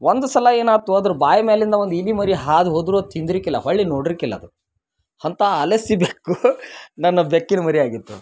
ಒಂದು ಸಲ ಏನಾಯ್ತು ಅದ್ರ ಬಾಯಿ ಮೇಲಿಂದ ಒಂದು ಇಲಿ ಮರಿ ಹಾದು ಹೋದರು ಅದು ತಿಂದ್ರಿಕಿಲ್ಲ ಹೊಳ್ಳಿ ನೋಡ್ರಿಕಿಲ್ಲ ಅದು ಅಂಥ ಆಲಸಿ ಬೆಕ್ಕು ನನ್ನ ಬೆಕ್ಕಿನ ಮರಿ ಆಗಿತ್ತು